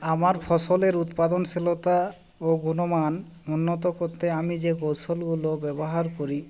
আমার ফসলের উৎপাদনশীলতা ও গুণমান উন্নত করতে আমি যে কৌশলগুলো ব্যবহার করি